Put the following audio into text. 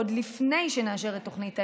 עוד לפני שנאשר את תוכנית ההמשך,